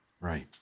right